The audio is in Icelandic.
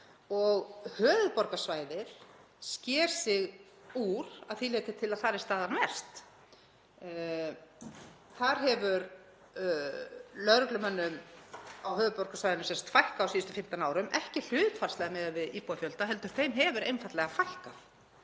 Höfuðborgarsvæðið sker sig úr að því leyti til að þar er staðan verst. Lögreglumönnum á höfuðborgarsvæðinu hefur fækkað á síðustu 15 árum, ekki hlutfallslega miðað við íbúafjölda heldur hefur þeim einfaldlega fækkað.